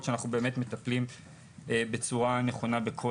שאנחנו באמת מטפלים בכל המקרים בצורה נכונה.